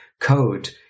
code